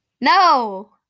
No